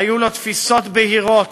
היו לו תפיסות בהירות